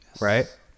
right